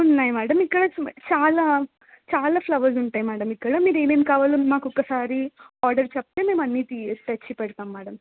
ఉన్నాయి మేడం ఇక్కడ చాలా చాలా ఫ్లవర్స్ ఉంటాయి మేడం ఇక్కడ మీరేరేమేమి కావాల మాకొక్కసారి ఆర్డర్ చెప్తే మేము అన్ని తీ తెచ్చి పెడతాం మేడం